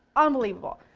unbelievable!